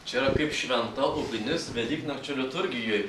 čia yra kaip šventa ugnis velyknakčio liturgijoj